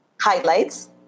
highlights